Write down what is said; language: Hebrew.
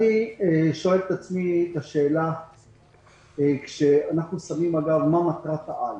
אני שואל את עצמי את השאלה מהי מטרת העל.